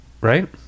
Right